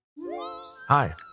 Hi